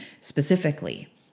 specifically